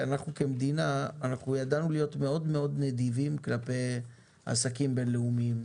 אנחנו כמדינה ידענו להיות מאוד נדיבים כלפי עסקים בינלאומיים,